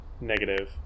negative